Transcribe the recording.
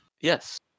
Yes